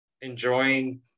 enjoying